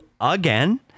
again